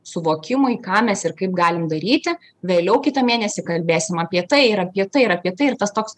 suvokimui ką mes ir kaip galim daryti vėliau kitą mėnesį kalbėsim apie tai ir apie tai ir apie tai ir tas toks